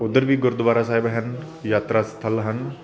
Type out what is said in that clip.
ਉਧਰ ਵੀ ਗੁਰਦੁਆਰਾ ਸਾਹਿਬ ਹਨ ਯਾਤਰਾ ਸਥਲ ਹਨ